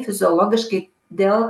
fiziologiškai dėl